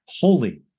holy